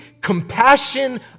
compassion